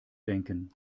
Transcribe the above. denken